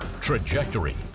Trajectory